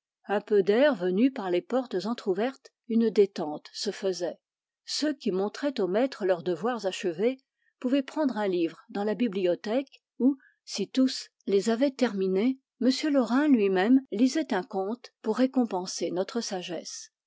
un peu d'air venu par les portes en tr'ouvertes une détente se faisait ceux qui montraient au maître leurs devoirs achevés pouvaient prendre un livre dans la bibliothèque ou si tous les avaient terminés m laurin lui-même lisait un conte pour récompenser notre sagesse